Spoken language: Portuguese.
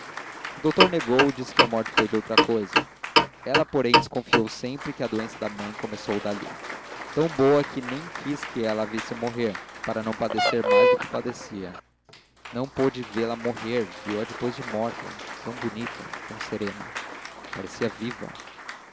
o doutor negou disse que a morte foi de outra cousa ela porém desconfiou sempre que a doença da mãe começou dali tão boa que nem quis que ela a visse morrer para não padecer mais do que padecia não pôde vê-la morrer viu-a depois de morta tão bonita tão serena parecia viva